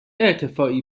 ارتفاعی